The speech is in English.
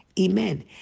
Amen